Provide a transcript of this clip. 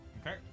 okay